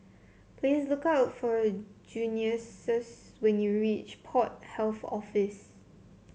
please look for when you reach Port Health Office